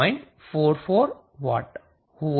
44W હોવો જોઈએ